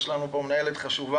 יש לנו פה מנהלת חשובה.